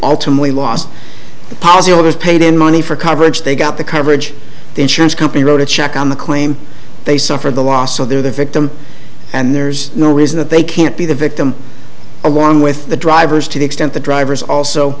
ultimately lost the policy or was paid in money for coverage they got the coverage the insurance company wrote a check on the claim they suffered the loss of their the victim and there's no reason that they can't be the victim along with the drivers to the extent that drivers also